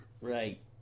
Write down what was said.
Right